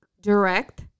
direct